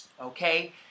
Okay